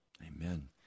Amen